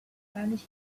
spanish